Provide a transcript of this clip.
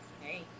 hey